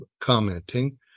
commenting